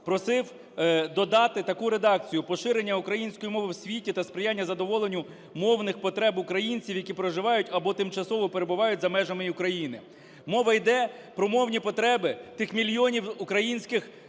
просив додати таку редакцію: "Поширення української мови в світі та сприяння задоволенню мовних потреб українців, які проживають або тимчасово перебувають за межами України". Мова йде про мовні потреби тих мільйонів українських